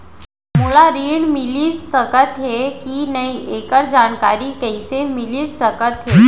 मोला ऋण मिलिस सकत हे कि नई एखर जानकारी कइसे मिलिस सकत हे?